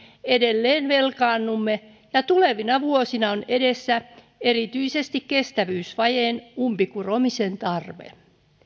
edelleen velkaannumme ja tulevina vuosina on edessä erityisesti kestävyysvajeen umpikuromisen tarve